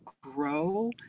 grow